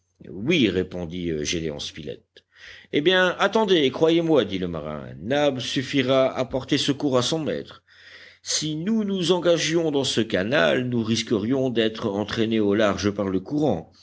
oui répondit gédéon spilett eh bien attendez croyez-moi dit le marin nab suffira à porter secours à son maître si nous nous engagions dans ce canal nous risquerions d'être entraînés au large par le courant